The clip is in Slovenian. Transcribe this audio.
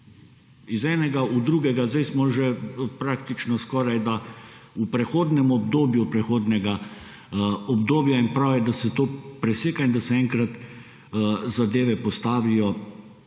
Iz enega v drugega, zdaj smo že praktično skorajda v prehodnem obdobju prehodnega obdobja in prav je, da se to preseka, in da se enkrat zadeve postavijo